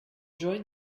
join